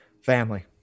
family